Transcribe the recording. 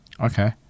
okay